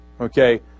Okay